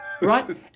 right